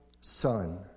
Son